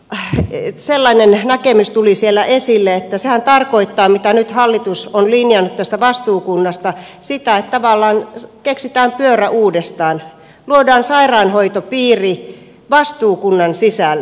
esimerkiksi sellainen näkemys tuli siellä esille että sehän mitä hallitus on nyt linjannut tästä vastuukunnasta tarkoittaa sitä että tavallaan keksitään pyörä uudestaan luodaan sairaanhoitopiiri vastuukunnan sisälle